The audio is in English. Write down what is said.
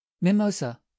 Mimosa